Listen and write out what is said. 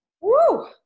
woo